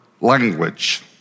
language